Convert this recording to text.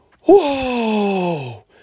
Whoa